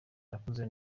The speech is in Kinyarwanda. nakuze